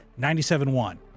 97.1